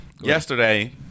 Yesterday